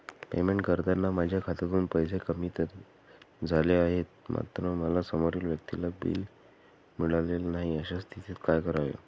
Payment करताना माझ्या खात्यातून पैसे कमी तर झाले आहेत मात्र समोरील व्यक्तीला बिल मिळालेले नाही, अशा स्थितीत काय करावे?